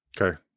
Okay